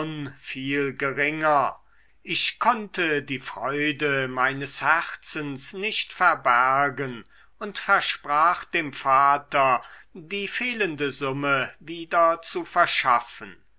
viel geringer ich konnte die freude meines herzens nicht verbergen und versprach dem vater die fehlende summe wieder zu verschaffen